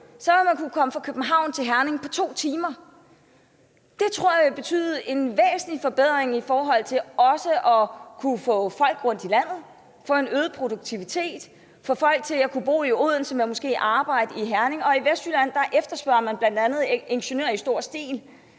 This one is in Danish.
– vil man kunne komme fra København til Herning på 2 timer. Det tror jeg også vil betyde en væsentlig forbedring i forhold til at kunne transportere folk rundt i landet, til at kunne få en øget produktivitet, til at kunne få folk til at bo i Odense og måske arbejde i Herning. I Vestjylland efterspørger man bl.a. ingeniører i stor stil,